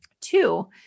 Two